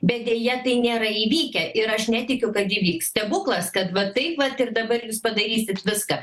bet deja tai nėra įvykę ir aš netikiu kad įvyks stebuklas kad va taip vat ir dabar jūs padarysit viską